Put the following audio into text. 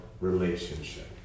relationship